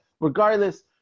regardless